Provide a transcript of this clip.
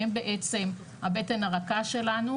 והם בעצם הבטן הרכה שלנו.